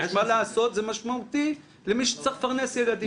מה לעשות, זה משמעותי למי שצריך לפרנס ילדים.